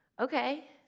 okay